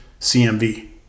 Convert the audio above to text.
CMV